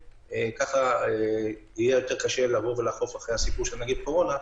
ככה יהיה יותר קשה לאכוף לגבי הסיפור של נגיף קורונה.